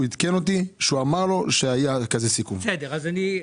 הוא עדכן אותי שהוא אמר ליוגב שהיה סיכום כזה.